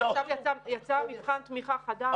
עכשיו יצא מבחן תמיכה חדש.